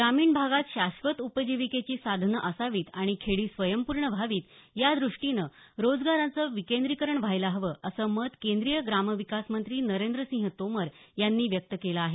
ग्रामीण भागात शाश्वत उपजीविकेची साधनं असावीत आणि खेडी स्वयंपूर्ण व्हावीत याद्रष्टीनं रोजगारांचं विकेंद्रीकरण व्हायला हवं असं मत केंद्रीय ग्रामविकासमंत्री नरेंद्र सिंह तोमर यांनी व्यक्त केलं आहे